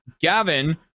Gavin